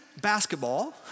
basketball